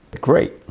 Great